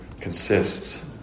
consists